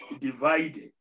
divided